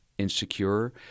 insecure